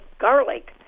garlic